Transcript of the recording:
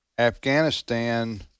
Afghanistan